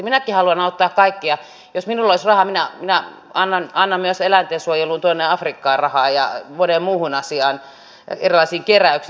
minäkin haluaisin auttaa kaikkia jos minulla olisi rahaa minä annan myös eläintensuojeluun tuonne afrikkaan rahaa ja moneen muuhun asiaan erilaisiin keräyksiin